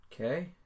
okay